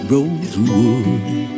Rosewood